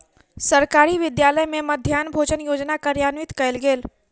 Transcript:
सरकारी विद्यालय में मध्याह्न भोजन योजना कार्यान्वित कयल गेल